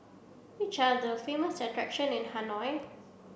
which are the famous attractions in Hanoi